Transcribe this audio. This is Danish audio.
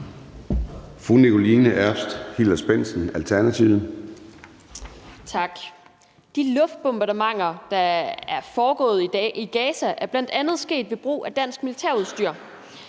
Nikoline Erbs Hillers-Bendtsen (ALT): Tak. De luftbombardementer, der et foregået i dag i Gaza, er bl.a. sket ved brug af dansk militærudstyr.